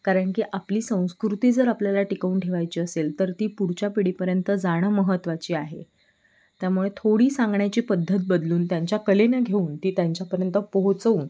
कारण की आपली संस्कृती जर आपल्याला टिकवून ठेवायची असेल तर ती पुढच्या पिढीपर्यंत जाणं महत्त्वाची आहे त्यामुळे थोडी सांगण्याची पद्धत बदलून त्यांच्या कलेनं घेऊन ती त्यांच्यापर्यंत पोहोचवून